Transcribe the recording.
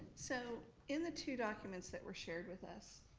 so, in the two documents that were shared with us,